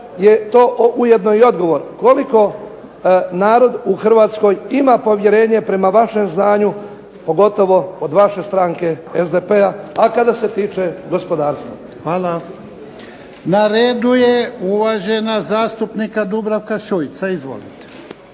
je to ujedno i odgovor koliko narod u Hrvatskoj ima povjerenje prema vašem znanju, pogotovo od vaše stranke SDP-a, a kada se tiče gospodarstva. **Jarnjak, Ivan (HDZ)** Hvala. Na redu je uvažena zastupnica Dubravka Šuica. Izvolite.